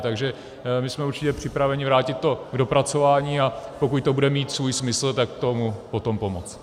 Takže my jsme určitě připraveni vrátit to k dopracování, a pokud to bude mít svůj smysl, tak tomu potom pomoct.